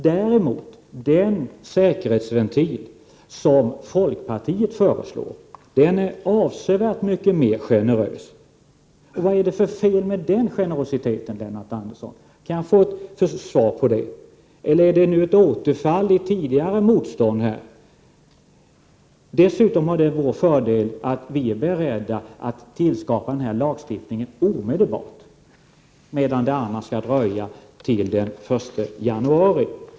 Däremot är den säkerhetsventil som folkpartiet föreslår avsevärt mycket mer generös. Vad är det för fel med den generositeten, Lennart Andersson? Eller är det ett återfall i tidigare motstånd? Dessutom är det en fördel att vi är beredda att tillskapa lagstiftningen omedelbart, medan det annars dröjer till den 1 januari.